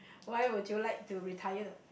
why would you like to retire